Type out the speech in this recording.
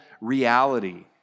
reality